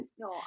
No